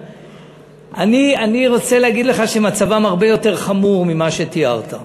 אני רוצה להגיד לך שמצבם הרבה יותר חמור ממה שתיארת.